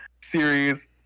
series